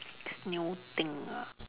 next new thing ah